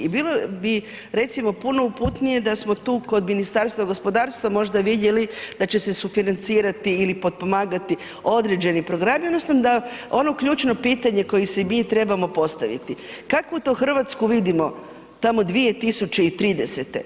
I bilo bi recimo puno uputnije da smo tu kod Ministarstva gospodarstva možda vidjeli da će se sufinancirati i potpomagati određeni programi odnosno da ono ključno pitanje koje si mi trebamo postaviti kakvu to Hrvatsku vidimo tamo 2030.